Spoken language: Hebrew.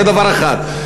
זה דבר אחד.